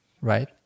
Right